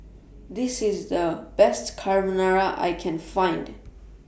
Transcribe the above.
This IS The Best Carbonara I Can Find